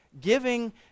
Giving